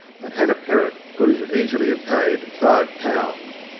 and hannah perrott could as easily have paid five pounds.